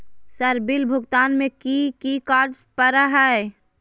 Sir bill भुगतान में की की कार्य पर हहै?